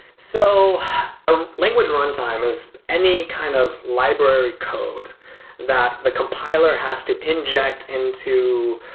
so ah language run time is any kind of library code that the compiler has to inject into,